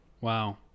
Wow